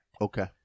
okay